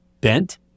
bent